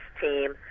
team